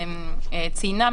שניצן ציינה,